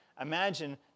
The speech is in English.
imagine